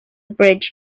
bridge